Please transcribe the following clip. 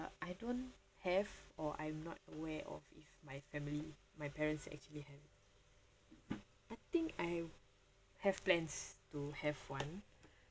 I don't have or I'm not aware of if my family my parents actually have I think I have have plans to have one